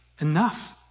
enough